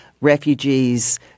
refugees